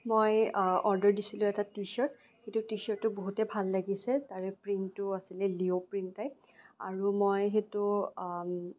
মই অৰ্ডাৰ দিছিলোঁ এটা টি চাৰ্ট সেইটো টি চাৰ্টটো বহুতে ভাল লাগিছে তাৰে প্ৰিণ্টটো আছিলে লিঅ' প্ৰিণ্ট টাইপ আৰু মই সেইটো